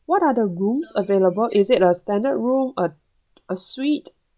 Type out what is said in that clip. what are the rooms available is it a standard room a a suite